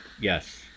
Yes